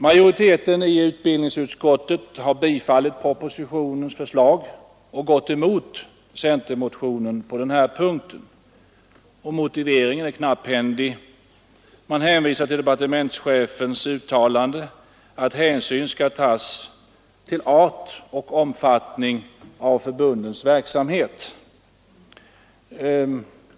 Majoriteten i utbildningsutskottet har tillstyrkt propositionens förslag och gått emot centermotionen på den här punkten. Motiveringen är knapphändig. Man hänvisar till departementschefens uttalande att hänsyn skall tas till arten och omfattningen av förbundens verksamhet.